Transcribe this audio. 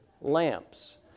lamps